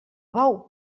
bou